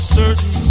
certain